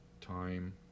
time